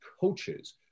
coaches